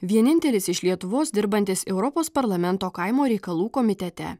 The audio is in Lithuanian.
vienintelis iš lietuvos dirbantis europos parlamento kaimo reikalų komitete